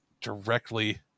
directly